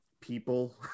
people